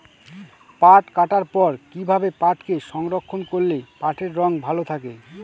পাট কাটার পর কি ভাবে পাটকে সংরক্ষন করলে পাটের রং ভালো থাকে?